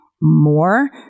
more